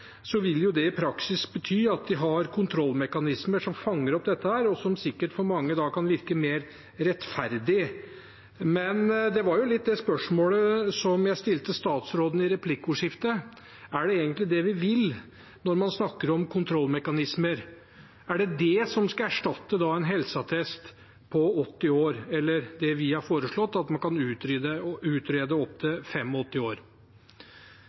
vil det i praksis bety at de har kontrollmekanismer som fanger opp dette, og som sikkert for mange kan virke mer rettferdig. Det var litt det spørsmålet jeg stilte statsråden i replikkordskiftet: Er det egentlig det vi vil, når man snakker om kontrollmekanismer? Er det det som skal erstatte en helseattest ved 80 år, eller det vi har foreslått, at man kan utrede opp til 85 år?